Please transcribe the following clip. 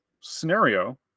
scenario